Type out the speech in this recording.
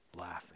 laughing